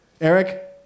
Eric